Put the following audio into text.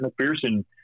McPherson